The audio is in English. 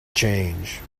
change